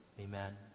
Amen